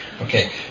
Okay